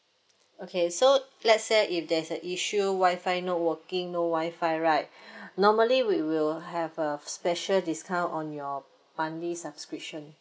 okay so let's say if there's a issue wifi not working no wifi right normally we will have a special discount on your monthly subscription